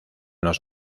los